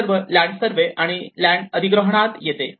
हे सर्व land survey and आणि अधिग्रहणात येते